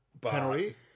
Penalty